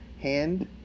Hand